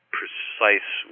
precise